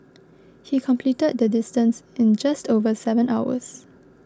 he completed the distance in just over seven hours